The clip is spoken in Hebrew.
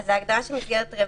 גם הסעיף עצמו